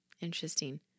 Interesting